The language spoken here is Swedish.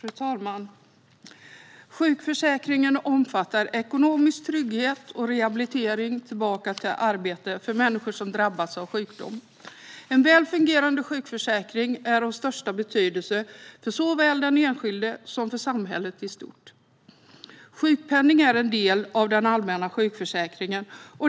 Fru talman! Sjukförsäkringen omfattar ekonomisk trygghet och rehabilitering tillbaka till arbete för människor som har drabbats av sjukdom. En väl fungerande sjukförsäkring är av största betydelse för såväl den enskilde som samhället i stort. Sjukpenning är en del av den allmänna sjukförsäkringen.